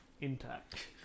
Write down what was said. intact